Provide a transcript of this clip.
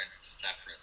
separate